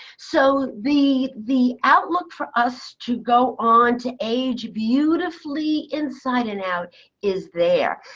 so the the outlook for us to go on to age beautifully inside and out is there.